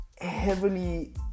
heavily